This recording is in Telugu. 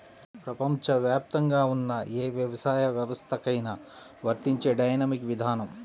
ప్రపంచవ్యాప్తంగా ఉన్న ఏ వ్యవసాయ వ్యవస్థకైనా వర్తించే డైనమిక్ విధానం